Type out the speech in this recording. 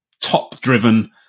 top-driven